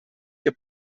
que